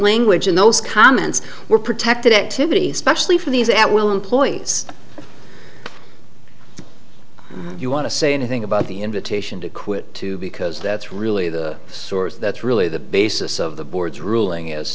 language in those comments were protected it to be specially for these at will employees you want to say anything about the invitation to quit too because that's really the source that's really the basis of the board's ruling is